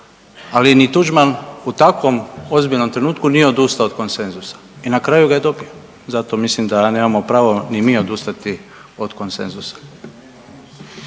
ali ni Tuđman u takvom ozbiljnom trenutku nije odustao od konsenzusa i na kraju ga je i dobio, zato mislim da nemamo pravo ni mi odustati od konsenzusa.